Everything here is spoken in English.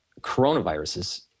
Coronaviruses